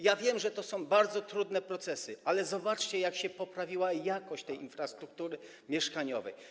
Ja wiem, że to są bardzo trudne procesy, ale zobaczcie, jak się poprawiła jakość tej infrastruktury mieszkaniowej.